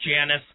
Janice